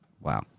Wow